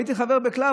הייתי חבר בקלאב,